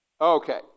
Okay